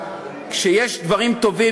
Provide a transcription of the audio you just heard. כשיש דברים טובים,